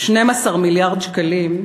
12 מיליארד שקלים,